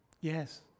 Yes